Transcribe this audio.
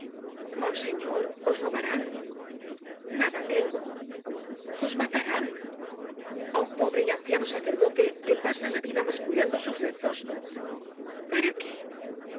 monseñor os robarán nada tengo os matarán a un pobre y anciano sacerdote que pasa la vida mascullando sus rezos paraqué oh